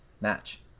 match